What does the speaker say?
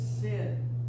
sin